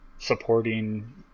supporting